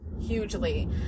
hugely